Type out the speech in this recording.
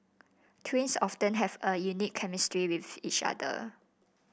twins often have a unique chemistry with each other